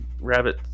rabbit